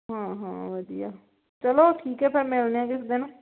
ਹਾਂ ਹਾਂ ਵਧੀਆ ਚੱਲੋ ਠੀਕ ਹੈ ਫਿਰ ਮਿਲਦੇ ਹਾਂ ਕਿਸੇ ਦਿਨ